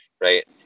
right